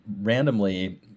randomly